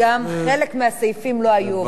גם חלק מהסעיפים לא היו עובדים.